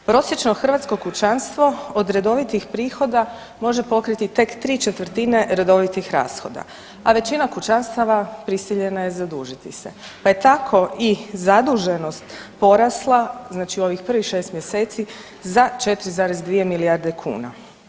Prosječno hrvatsko kućanstvo od redovitih prihoda može pokriti tek ¾ redovitih rashoda, a većina kućanstava prisiljena je zadužiti se, pa je tako i zaduženost porasla, znači u ovih prvih 6 mjeseci za 4,2 milijarde kuna.